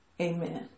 Amen